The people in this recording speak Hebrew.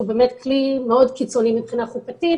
שהוא באמת כלי מאוד קיצוני מבחינה חוקתית